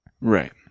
Right